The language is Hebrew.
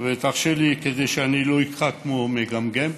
ותרשה לי, כדי שאני לא אקרא כמו מגמגם,